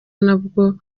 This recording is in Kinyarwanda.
nabwo